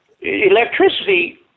electricity